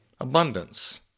abundance